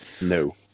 no